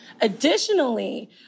Additionally